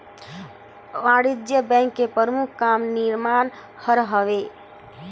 वाणिज्य बेंक के परमुख काम निरमान हर हवे